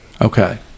Okay